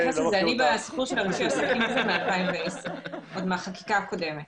בסיפור של העסקים מ-2010, עוד מהחקיקה הקודמת